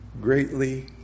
greatly